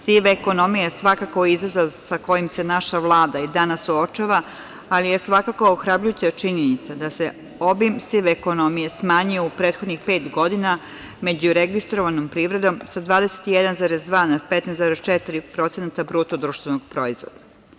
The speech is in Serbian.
Siva ekonomija je svakako izazov sa kojim se naša Vlada i danas suočava, ali je svakako ohrabrujuća činjenica da se obim sive ekonomije smanjio u prethodnih pet godina, među registrovanom privredom sa 21,2% na 15,4% procenata BDP.